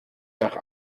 nach